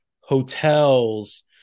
hotels